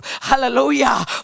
Hallelujah